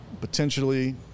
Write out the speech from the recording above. potentially